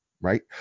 right